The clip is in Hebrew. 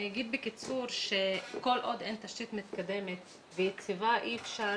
אני אגיד בקיצור שכל עוד אין תשתית מתקדמת ויציבה אי אפשר